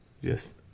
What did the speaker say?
Yes